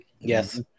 Yes